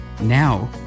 Now